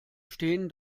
stehen